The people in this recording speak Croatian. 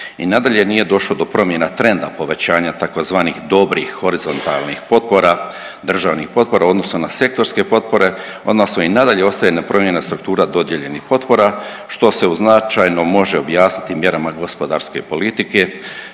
i nadalje nije došlo do promjena trenda povećanja tzv. dobrih horizontalnih potpora, državnih potpora u odnosu na sektorske potpore odnosno i nadalje ostaje nepromijenjena struktura dodijeljenih potpora, što se u značajno može objasniti mjerama gospodarske politike